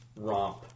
romp